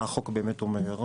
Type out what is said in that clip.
של מה החוק באמת אומר.